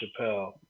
Chappelle